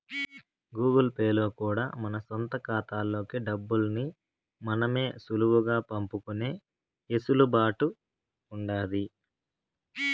Google Pay లో కూడా మన సొంత కాతాల్లోకి డబ్బుల్ని మనమే సులువుగా పంపుకునే ఎసులుబాటు ఉండాది